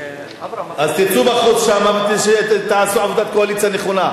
אז תצאו החוצה ותעשו עבודת קואליציה נכונה,